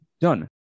done